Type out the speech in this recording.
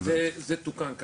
זה תוקן.